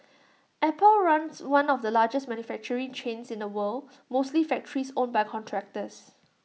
apple runs one of the largest manufacturing chains in the world mostly factories owned by contractors